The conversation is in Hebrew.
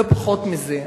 לא פחות מזה.